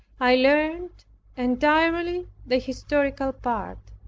i learned entirely the historical part.